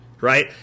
right